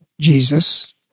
Jesus